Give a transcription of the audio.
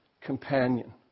companion